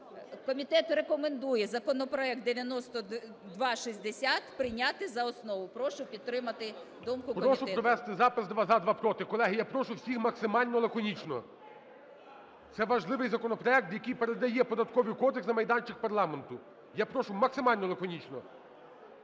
комітет рекомендує законопроект 9260 прийняти за основу. Прошу підтримати думку комітету. ГОЛОВУЮЧИЙ. Прошу провести запис: два – за, два – проти. Колеги, я прошу всіх максимально й лаконічно. Це важливий законопроект, який передає Податковий кодекс на майданчик парламенту. Я прошу максимально й лаконічно.